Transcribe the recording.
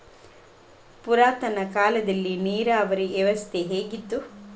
ಪುರಾತನ ಕಾಲದಲ್ಲಿ ನೀರಾವರಿ ವ್ಯವಸ್ಥೆ ಹೇಗಿತ್ತು?